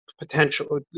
potential